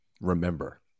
remember